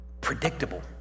predictable